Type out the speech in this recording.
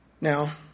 Now